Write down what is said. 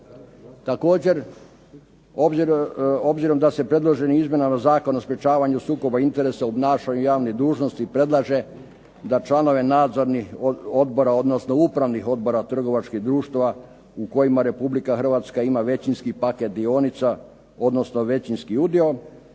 Također, obzirom da se predloženim Izmjenama zakona o sprečavanju sukoba interesa u obnašanju javnih dužnosti predlaže da članove nadzornih odbora, odnosno upravnih odbora trgovačkih društva u kojima Republika Hrvatska ima većinski paket dionica, odnosno većinski udio